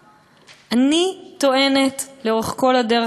אני טוענת לאורך כל הדרך,